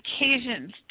occasions